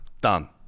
Done